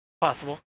Possible